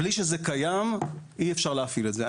בלי שזה קיים אי אפשר להפעיל את זה.